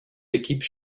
équipes